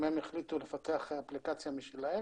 גם הם החליטו לפתח אפליקציה משלהם.